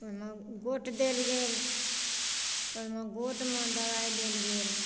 ओइमे गोट देल गेल ओइमे गोटमे दबाइ देल गेल